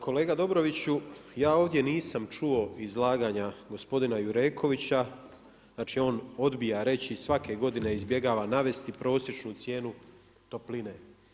Kolega Dobroviću, ja ovdje nisam čuo izlaganja gospodina Jurekovića, znači on odbija reći, svake godine izbjegava navesti prosječnu cijenu topline.